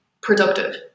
productive